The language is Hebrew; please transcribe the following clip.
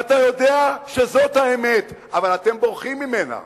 ואתה יודע שזאת האמת, אבל אתם בורחים ממנה,